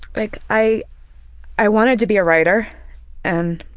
like i i wanted to be a writer and